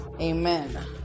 Amen